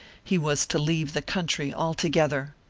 he was to leave the country altogether.